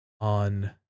on